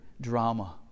drama